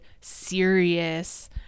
serious